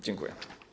Dziękuję.